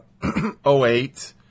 08